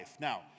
Now